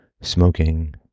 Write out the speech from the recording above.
smoking